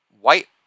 white